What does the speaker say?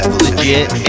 legit